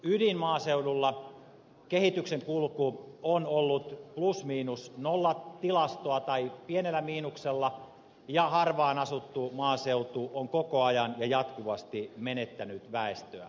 ydinmaaseudulla kehityksen kulku on ollut plus miinus nolla tai pienellä miinuksella ja harvaanasuttu maaseutu on koko ajan ja jatkuvasti menettänyt väestöään